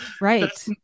right